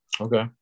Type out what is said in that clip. okay